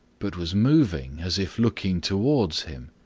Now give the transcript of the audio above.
but was moving as if looking towards him.